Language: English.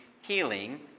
healing